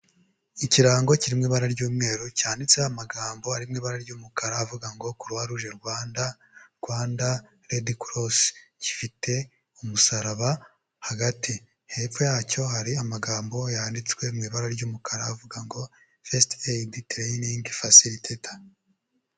Ikirango kiri mu ibara ry'umweru cyanditseho amagambo ari mu ibara ry'umukara avuga ngo croix rouge Rwanda (Rwanda red cross) gifite umusaraba hagati. Hepfo yacyo hari amagambo yanditswe mu ibara ry'umukara avuga ngo first aid training facilitator.